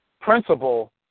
principle